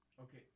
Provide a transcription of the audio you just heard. Okay